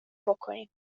بکنیم